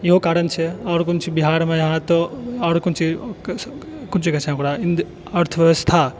इहो कारण छै आओर कोन छै बिहारमे यहाँ तऽ आओरो कोन चीज कहै छै ओकरा अर्थव्यवस्था